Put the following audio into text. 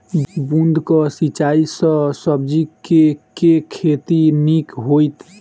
बूंद कऽ सिंचाई सँ सब्जी केँ के खेती नीक हेतइ?